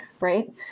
right